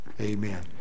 amen